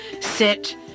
sit